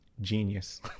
genius